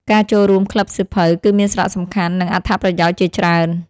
ការចូលរួមក្លឹបសៀវភៅ គឺមានសារៈសំខាន់ និងអត្ថប្រយោជន៍ជាច្រើន។